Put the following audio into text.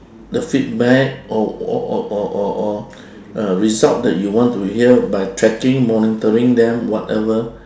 the feedback or or or or or or uh result that you want to hear by tracking monitoring them whatever